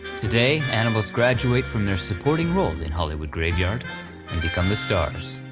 today animals graduate from their supporting role in hollywood graveyard and become the stars.